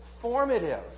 formative